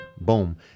Boom